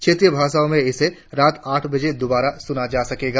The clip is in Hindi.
क्षेत्रीय भाषा में इसे रात आठ बजे दोबारा सुना जा सकेगा